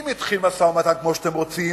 אם יתחיל משא-ומתן כמו שאתם רוצים,